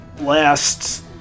Last